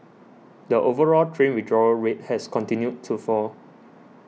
the overall train withdrawal rate has continued to fall